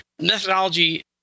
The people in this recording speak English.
methodology